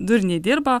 durniai dirba